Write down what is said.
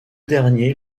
derniers